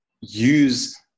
use